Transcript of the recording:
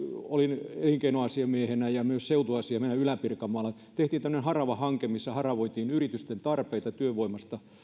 olin elinkeinoasiamiehenä ja myös seutuasiamiehenä ja mehän ylä pirkanmaalla teimme tällaisen haravahankkeen missä haravoitiin yritysten tarpeita työvoimasta